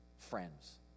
friends